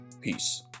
Peace